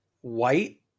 White